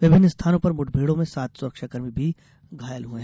विभिन्न स्थानों पर मुठभेड़ों में सात सुरक्षाकर्मी भी घायल हुए हैं